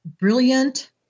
brilliant